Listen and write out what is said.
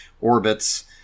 orbits